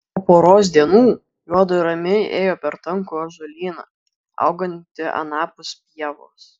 po poros dienų juodu ramiai ėjo per tankų ąžuolyną augantį anapus pievos